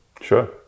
Sure